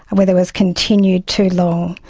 and whether it was continued too long.